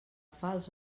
falç